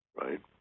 Right